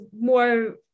more